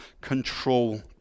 control